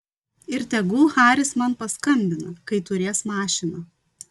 ir tegul haris man paskambina kai turės mašiną